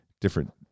different